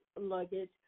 luggage